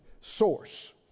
source